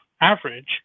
average